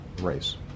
race